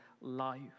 life